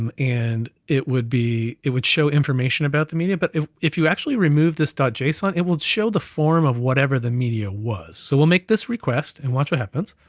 um and it would be, it would show information about the media, but if if you actually remove this json, it will show the form of whatever the media was. so we'll make this request, and watch what happens.